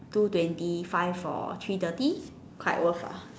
two twenty five for three thirty quite worth ah